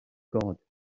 god